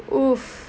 oof